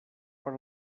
per